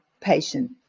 patient